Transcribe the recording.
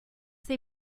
they